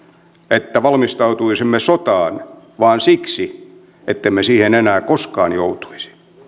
että valmistautuisimme sotaan vaan siksi ettemme siihen enää koskaan joutuisi